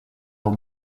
aux